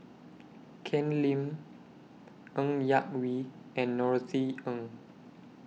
Ken Lim Ng Yak Whee and Norothy Ng